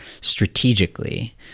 strategically